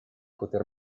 poter